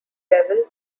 devil